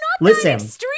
listen